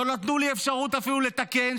לא נתנו לי אפשרות אפילו לתקן,